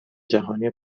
جهانی